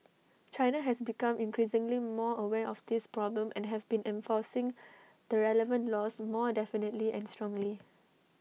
China has become increasingly more aware of this problem and have been enforcing the relevant laws more definitely and strongly